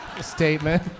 statement